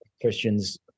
Christians